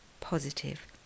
positive